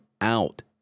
out